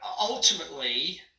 Ultimately